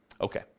Okay